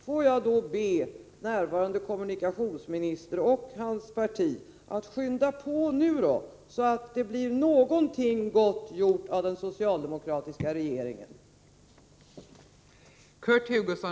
Får jag be närvarande kommunikationsminister och hans parti att skynda på nu då, så att det blir någonting gott gjort av den socialdemokratiska regeringen.